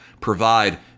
provide